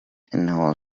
إنه